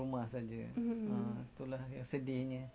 mmhmm mmhmm